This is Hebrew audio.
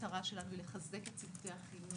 המטרה שלנו היא לחזק את צוותי החינוך,